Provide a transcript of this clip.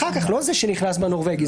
לא זה שנכנס בנורבגי.